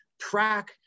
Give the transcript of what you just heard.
track